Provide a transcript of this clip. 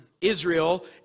Israel